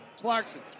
Clarkson